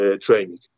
training